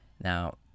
Now